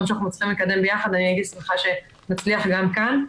שאנחנו צריכים לקדם ביחד ואני הייתי שמחה שנצליח גם כאן.